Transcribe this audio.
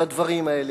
בדברים האלה.